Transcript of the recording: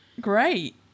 great